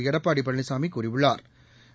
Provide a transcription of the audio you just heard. எடப்பாடிபழனிசாமிகூறயுள்ளாா்